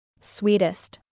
Sweetest